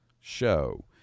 show